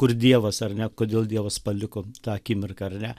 kur dievas ar ne kodėl dievas paliko tą akimirką ar ne